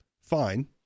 Fine